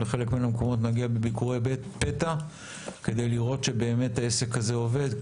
לחלק מן המקומות נגיע לביקורי פתע כדי לראות שבאמת העסק הזה עובד.